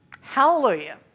Hallelujah